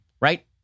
right